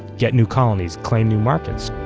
get new colonies, claim new markets.